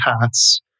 paths